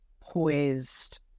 poised